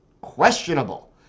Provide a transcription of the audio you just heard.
questionable